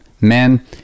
Men